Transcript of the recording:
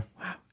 Wow